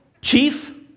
chief